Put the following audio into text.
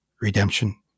redemption